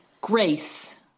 grace